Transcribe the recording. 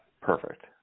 Perfect